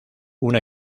una